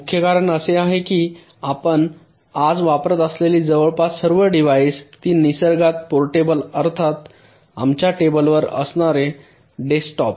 मुख्य कारण असे आहे की आपण आज वापरत असलेली जवळपास सर्व डिव्हाइस ती निसर्गात पोर्टेबल आहेत अर्थातच आमच्या टेबलावर बसणारे डेस्कटॉप